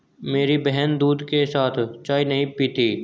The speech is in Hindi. मेरी बहन दूध के साथ चाय नहीं पीती